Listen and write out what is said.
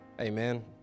Amen